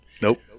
Nope